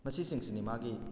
ꯃꯁꯤ ꯁꯤꯡꯁꯤꯅꯤ ꯃꯥꯒꯤ